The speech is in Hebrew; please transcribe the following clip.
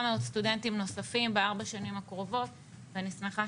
סטודנטים נוספים בארבע השנים הקרובות ואני שמחה